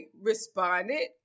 responded